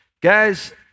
guys